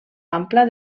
ampla